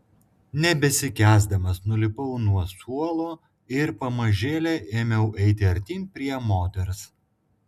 nebesikęsdamas nulipau nuo suolo ir pamažėle ėmiau eiti artyn prie moters